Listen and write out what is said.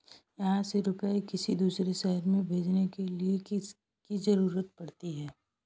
यहाँ से रुपये किसी दूसरे शहर में भेजने के लिए किसकी जरूरत पड़ती है?